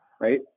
right